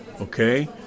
okay